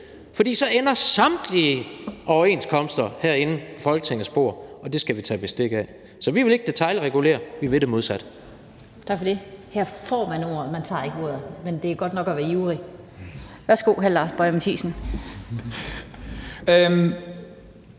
for så ender samtlige overenskomster herinde på Folketingets bord, og det skal vi tage bestik af. Så vi vil ikke detailregulere, vi vil det modsatte. Kl. 16:43 Den fg. formand (Annette Lind): Tak for det. Her får man ordet, man tager ikke ordet, men det er godt nok at være ivrig. Værsgo til hr. Lars Boje Mathiesen. Kl.